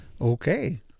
Okay